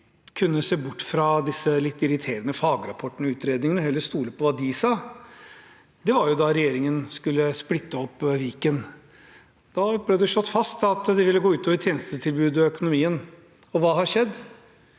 kunne se bort fra disse litt irriterende fagrapportene og utredningene og heller stole på hva de sa, var da regjeringen skulle splitte opp Viken. Da ble det slått fast at det ville gå ut over tjenestetilbudet og økonomien. Hva har skjedd?